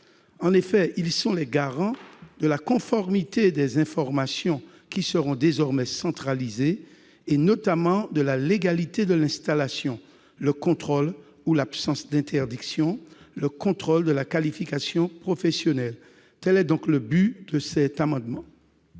En effet, ils sont les garants de la conformité des informations qui seront désormais centralisées, et notamment la légalité de l'installation, le contrôle de l'absence d'interdictions et le contrôle de la qualification professionnelle. La parole est à M. Yvon